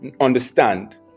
understand